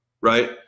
right